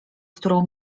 którą